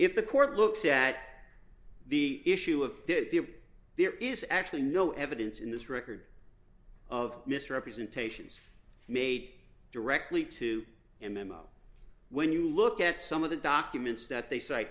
if the court looks at the issue of did the it there is actually no evidence in this record of misrepresentations made directly to a memo when you look at some of the documents that